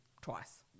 twice